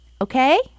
Okay